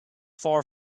far